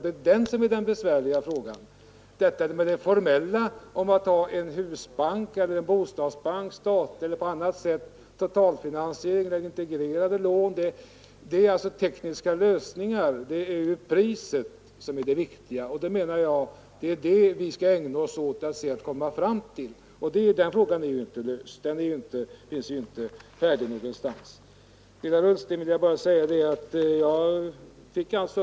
Detta med det rent formella — om man skall ha en husbank eller en bostadsbank, statlig eller organiserad på annat sätt, totalfinansiering eller integrerade lån — är ju bara tekniska lösningar. Det är priset på pengarna som är det viktiga. Jag anser att vi skall ägna oss åt att komma fram till en lösning av den frågan först. Till herr Ullsten vill jag säga att jag tydligen fick rätt.